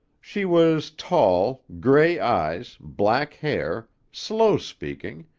she was tall, gray eyes, black hair, slow speaking,